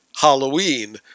Halloween